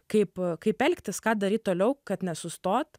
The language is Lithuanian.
kaip kaip elgtis ką daryt toliau kad nesustot